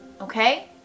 Okay